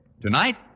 Tonight